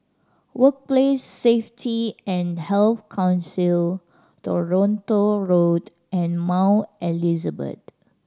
Workplace Safety and Health Council Toronto Road and Mount Elizabeth